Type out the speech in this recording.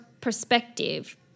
perspective